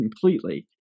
completely